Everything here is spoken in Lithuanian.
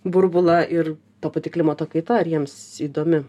burbulą ir ta pati klimato kaita ar jiems įdomi